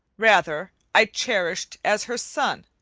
rather, i cherished as her son,